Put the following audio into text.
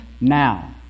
now